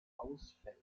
ausfällt